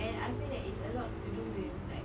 and I feel that it's a lot to do with like